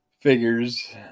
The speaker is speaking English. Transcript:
figures